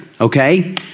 okay